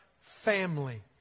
family